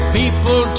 people